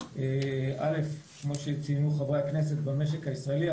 אלף כמו שציינו חברי הכנסת במשק הישראלי,